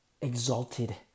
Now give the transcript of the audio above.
exalted